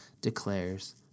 declares